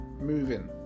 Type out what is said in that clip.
moving